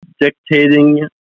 dictating